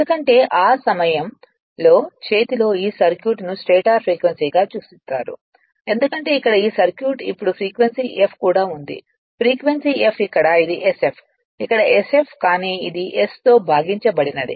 ఎందుకంటే ఆ సమయంలో చేతిలో ఈ సర్క్యూట్ను స్టేటర్ ఫ్రీక్వెన్సీగా సూచిస్తారు ఎందుకంటే ఇక్కడ ఈ సర్క్యూట్ ఇప్పుడు ఫ్రీక్వెన్సీ f కూడా ఉంది ఫ్రీక్వెన్సీ f ఇక్కడ ఇది sf ఇక్కడ sf కానీ ఇది s తో భాగించబడినది